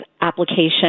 application